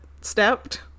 stepped